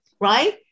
right